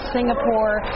Singapore